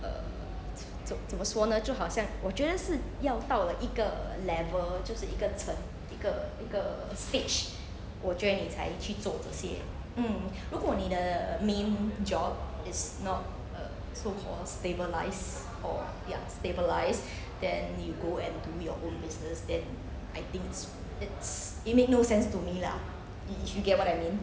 uh 怎怎怎么说呢就好像我觉得是要到了一个 level 就是一个程一个一个 stage 我觉得你才去做这些 mm 如果你的 main job is not uh so called stabilised or ya stabilised then you go and do your own business then I think it's it makes no sense to me lah if you get what I mean